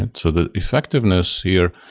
and so the effectiveness here